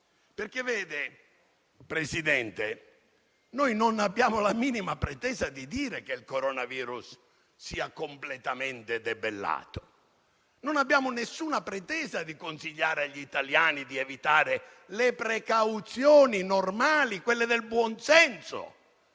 mentire. Vede, Presidente, noi non abbiamo la minima pretesa di dire che il coronavirus sia completamente debellato; non abbiamo nessuna pretesa di consigliare agli italiani di evitare le precauzioni normali, quelle del buon senso.